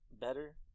better